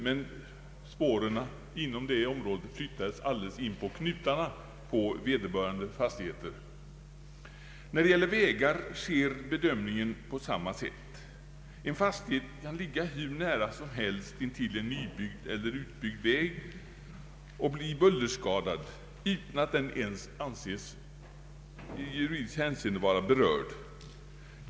Men spåren flyttades in på knutarna till vederbörande fastigheter. När det gäller vägar sker bedömningen på samma sätt. En fastighet kan ligga hur nära som helst intill en nybyggd eller utbyggd väg och bli bullerskadad utan att den i juridiskt hänseende anses berörd.